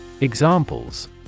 Examples